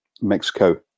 Mexico